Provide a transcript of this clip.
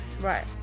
Right